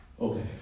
Okay